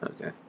Okay